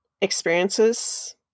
experiences